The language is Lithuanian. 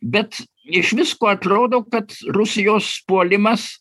bet iš visko atrodo kad rusijos puolimas